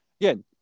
again